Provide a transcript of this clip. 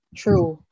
true